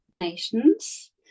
nations